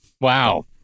Wow